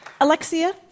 Alexia